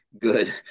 good